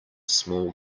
small